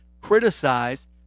criticize